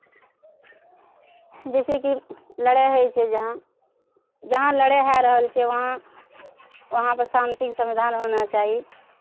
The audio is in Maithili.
जइसे कि लड़ाइ होइ छै जहाँ जहाँ लड़ाइ भए रहल छै वहाँ वहाँपर शान्तिके समाधान होना चाही